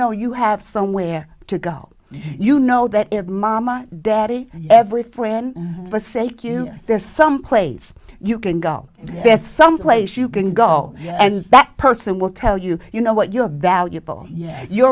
know you have somewhere to go you know that it mama daddy every friend for sake you there's someplace you can go there's someplace you can go and that person will tell you you know what you're valuable yeah you